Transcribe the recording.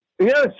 Yes